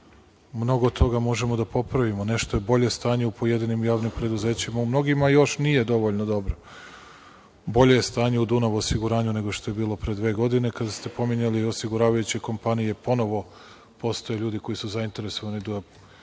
mnogo toga možemo da popravimo. Nešto je bolje stanje u pojedinim javnim preduzećima. U mnogima još nije dovoljno dobro. Bolje je stanje u „Dunav“ osiguranju nego što je bilo pre dve godine. Kada ste pominjali osiguravajuće kompanije ponovo postoje ljudi koji su zainteresovani da